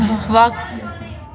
وق